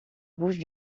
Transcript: bouche